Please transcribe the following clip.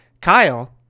Kyle